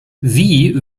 wie